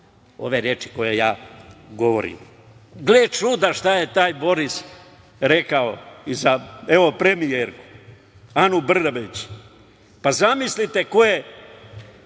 ove reči koje ja govorim. Gle čuda šta je taj Boris rekao i za premijera, Anu Brnabić. Zamislite ko je